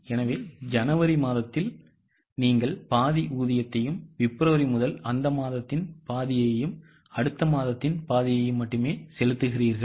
எனவே ஜனவரி மாதத்தில் நீங்கள் பாதி ஊதியத்தையும் பிப்ரவரி முதல் அந்த மாதத்தின் பாதியையும் அடுத்த மாதத்தின் பாதியையும் மட்டுமே செலுத்துகிறீர்கள்